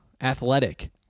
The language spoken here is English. athletic